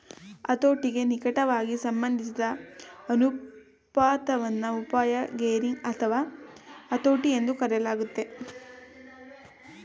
ಹತೋಟಿಗೆ ನಿಕಟವಾಗಿ ಸಂಬಂಧಿಸಿದ ಅನುಪಾತವನ್ನ ಅಪಾಯ ಗೇರಿಂಗ್ ಅಥವಾ ಹತೋಟಿ ಎಂದೂ ಕರೆಯಲಾಗುತ್ತೆ